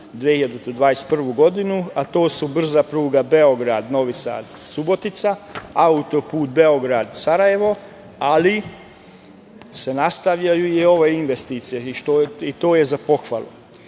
2021. godinu, a to su brza pruga Beograd – Novi Sad – Subotica, autoput Beograd – Sarajevo, ali se nastavljaju i ove investicije, i to je za pohvalu. Ovde